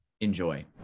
Enjoy